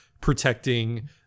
protecting